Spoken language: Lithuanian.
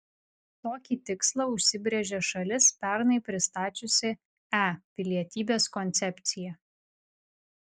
tokį tikslą užsibrėžė šalis pernai pristačiusi e pilietybės koncepciją